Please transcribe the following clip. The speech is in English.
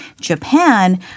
Japan